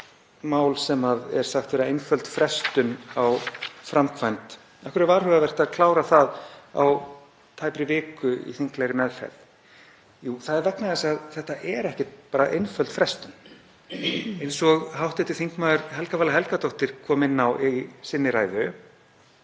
mál sem er sagt vera einföld frestun á framkvæmd? Af hverju er varhugavert að klára það á tæpri viku í þinglegri meðferð? Jú, það er vegna þess að þetta er ekkert bara einföld frestun. Eins og hv. þm. Helga Vala Helgadóttir kom inn á í sinni ræðu